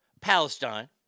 Palestine